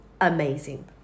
amazing